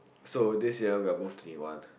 so this year we're move to new one